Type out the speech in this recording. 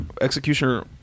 Executioner